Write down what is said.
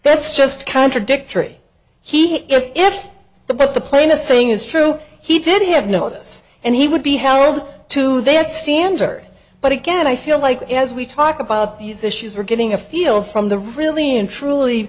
that's just contradictory he if the but the plaintiff saying is true he did have notice and he would be held to that standard but again i feel like as we talk about these issues we're getting a feel from the really and truly